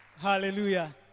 Hallelujah